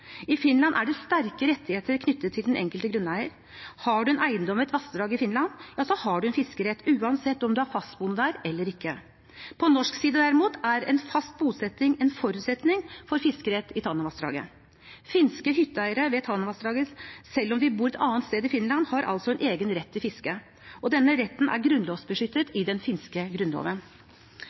I Finland er det sterke rettigheter knyttet til den enkelte grunneier. Har man en eiendom ved et vassdrag i Finland, har man fiskerett der, uansett om man er fastboende der eller ikke. På norsk side, derimot, er en fast bosetting en forutsetning for fiskerett i Tanavassdraget. Finske hytteeiere ved Tanavassdraget har altså en egen rett til fiske selv om de bor et annet sted i Finland. Denne retten er beskyttet i den finske grunnloven.